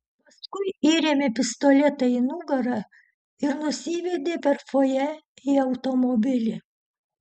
paskui įrėmė pistoletą į nugarą ir nusivedė per fojė į automobilį